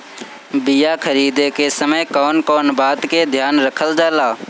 बीया खरीदे के समय कौन कौन बात के ध्यान रखल जाला?